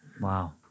Wow